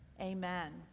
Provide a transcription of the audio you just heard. Amen